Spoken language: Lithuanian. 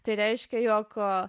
tai reiškia jog